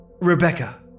Rebecca